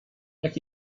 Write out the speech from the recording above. jak